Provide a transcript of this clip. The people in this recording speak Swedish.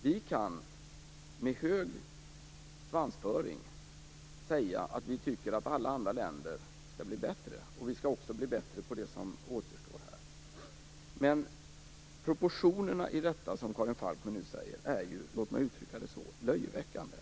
Vi kan med hög svansföring säga att vi tycker att alla andra länder skall bli bättre, och vi skall också bli bättre på det som återstår. Men proportionerna i det som Karin Falkmer säger är ju - låt mig uttrycka det så - löjeväckande.